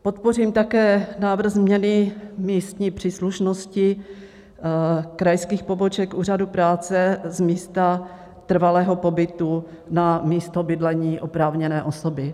Podpořím také návrh změny místní příslušnosti krajských poboček Úřadu práce z místa trvalého pobytu na místo bydlení oprávněné osoby.